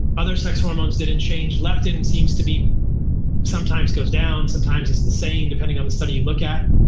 other sex hormones didn't change. leptin and seems to be sometimes goes down, sometimes it's and the same depending on the study you look at,